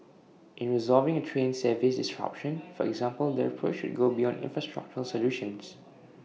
in resolving A train service disruption for example the approach should go beyond infrastructural solutions